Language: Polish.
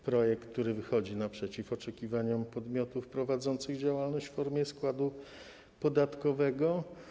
projekt, który wychodzi naprzeciw oczekiwaniom podmiotów prowadzących działalność w formie składu podatkowego.